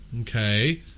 Okay